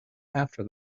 after